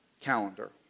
Calendar